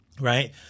right